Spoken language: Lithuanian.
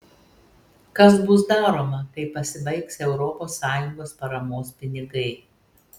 kas bus daroma kai pasibaigs europos sąjungos paramos pinigai